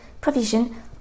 provision